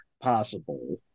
possible